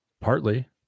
partly